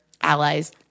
allies